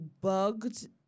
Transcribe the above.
bugged